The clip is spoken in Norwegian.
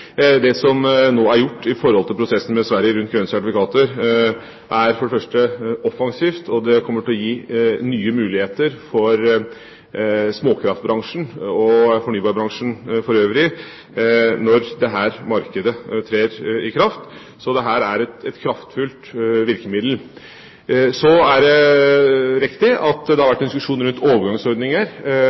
Det som nå er gjort i prosessen med Sverige rundt grønne sertifikater, er offensivt, og det kommer til å gi nye muligheter for småkraftbransjen og fornybarbransjen for øvrig når dette markedet trer i kraft. Så dette er et kraftfullt virkemiddel. Det er riktig at det har vært en diskusjon rundt overgangsordninger